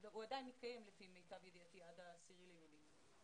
הוא עדיין מתקיים לפי מיטב ידיעתי, עד ה-10 ביולי.